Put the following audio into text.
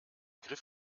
griff